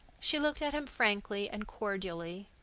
she looked at him frankly and cordially,